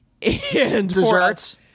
Desserts